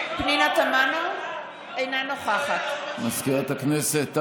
אינה נוכחת מזכירת הכנסת,